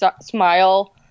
smile